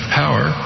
power